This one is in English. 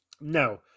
No